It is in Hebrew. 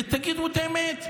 ותגידו את האמת.